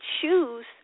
choose